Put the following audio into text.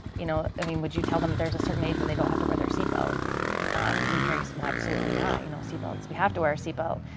you know, i mean would you tell them there's a certain age when they don't have to wear their seatbelt? and um parents well absolutely not you know seat belts, we have to wear our seatbelt.